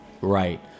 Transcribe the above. Right